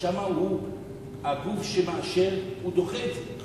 זה הגוף שמאשר או דוחה את זה.